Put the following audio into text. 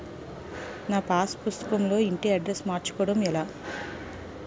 నా పాస్ పుస్తకం లో ఇంటి అడ్రెస్స్ మార్చుకోవటం ఎలా?